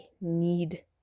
need